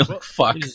Fuck